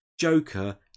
Joker